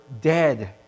dead